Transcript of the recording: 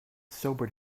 sobered